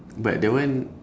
but that one